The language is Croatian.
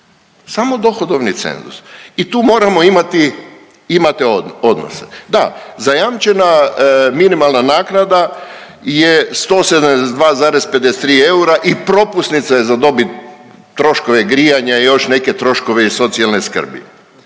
samo dohodovni cenzus. I tu moramo imati odnose. Da, zajamčena minimalna naknada je 172,53 eura i propusnica je za dobit troškove grijanja i još neke troškove iz socijalne skrbi.